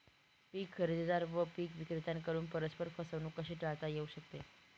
पीक खरेदीदार व पीक विक्रेत्यांकडून परस्पर फसवणूक कशी टाळता येऊ शकते?